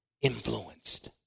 influenced